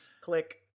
click